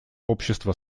общества